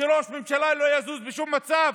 שראש ממשלה לא יזוז בשום מצב?